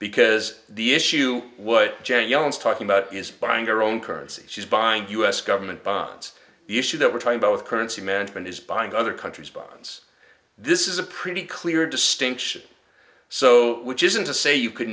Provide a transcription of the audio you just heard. because the issue what janet yellen is talking about is buying her own currency she's buying u s government bonds the issue that we're talking about with currency management is buying other countries bonds this is a pretty clear distinction so which isn't to say you could